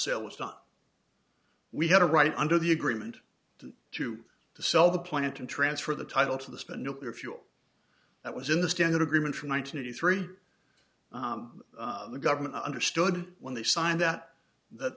done we had a right under the agreement to sell the plant and transfer the title to the spent nuclear fuel that was in the standard agreement from one thousand eighty three the government understood when they signed that that